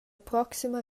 proxima